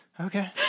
Okay